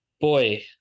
Boy